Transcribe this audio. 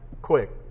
quick